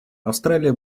австралия